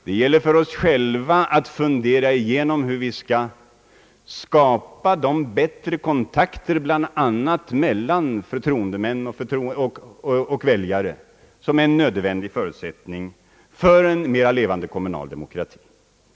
Det gäller för oss själva att fundera igenom hur vi skall skapa de bättre kontakter bland annat mellan förtroendemän och väljare som är en nödvändig förutsättning för en mera levande kommunal demokrati.